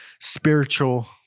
spiritual